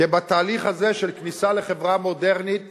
כי בתהליך הזה של כניסה לחברה מודרנית